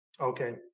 Okay